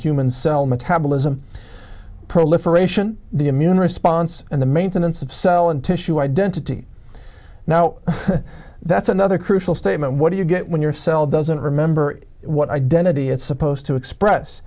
human cell metabolism proliferation the immune response and the maintenance of cell and tissue identity now that's another crucial statement what do you get when your cell doesn't remember what identity it's supposed to express